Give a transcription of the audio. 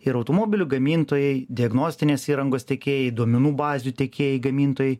ir automobilių gamintojai diagnostinės įrangos tiekėjai duomenų bazių tiekėjai gamintojai